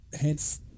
Hence